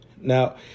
Now